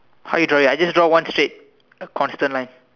how you draw it I just draw one straight a constant line